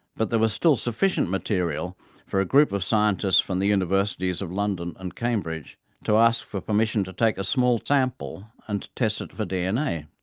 but there was still sufficient material for a group of scientists from the universities of london and cambridge to ask for permission to take a small sample and to test it for dna.